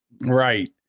right